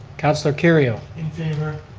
councilor kerrio? in favor.